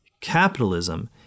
capitalism